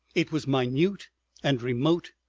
it was minute and remote,